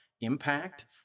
impact